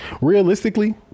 realistically